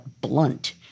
blunt